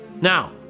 Now